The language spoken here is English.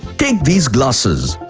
take these glasses!